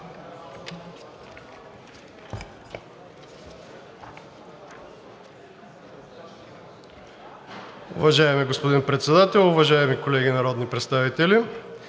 Уважаеми господин Председател, уважаеми колеги народни представители!